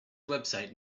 website